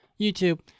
YouTube